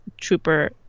Trooper